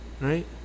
right